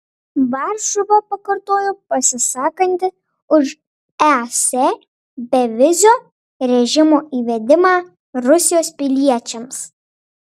varšuva pakartojo pasisakanti už es bevizio režimo įvedimą rusijos piliečiams